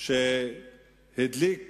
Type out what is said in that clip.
שהדליק